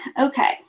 Okay